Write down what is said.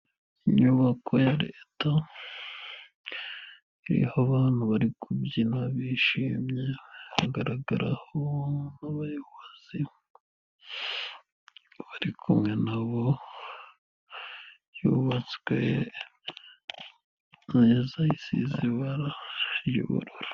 Inyubako ya Leta iriho abantu bari kubyina bishimye, hagaragaraho n'abayobozi bari kumwe na bo, yubatswe neza isize ibara ry'ubururu.